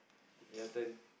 your turn